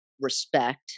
respect